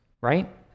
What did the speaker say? right